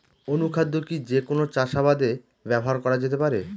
অনুখাদ্য কি যে কোন চাষাবাদে ব্যবহার করা যেতে পারে?